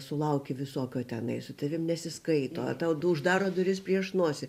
sulaukiu visokio tenai su tavimi nesiskaito a tau du uždaro duris prieš nosį